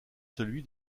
celui